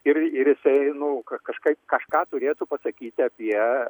ir ir jisai nu ka kažkaip kažką turėtų pasakyti apie